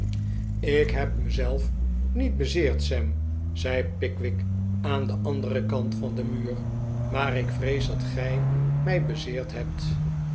ik heb mijzelf niet bezeerd sam zei pickwick aan den anderen kant van den muur maar ik vrees dat gij mij bezeerd hebt